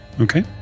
Okay